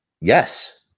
yes